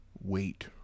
wait